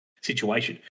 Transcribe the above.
situation